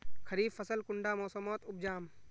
खरीफ फसल कुंडा मोसमोत उपजाम?